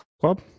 club